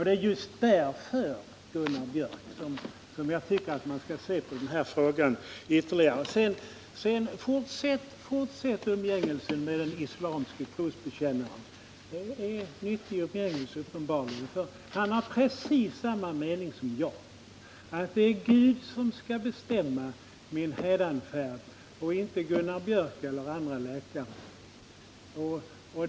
Det är just därför, Gunnar Biörck, som jag tycker att frågan skall utredas ytterligare. Fortsätt umgänget med den islamiske trosbekännaren! Det är uppenbarligen nyttigt, för han har precis samma mening som jag: Det är Gud som skall bestämma min hädanfärd och inte Gunnar Biörck eller någon annan läkare.